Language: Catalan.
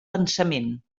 pensament